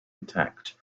intact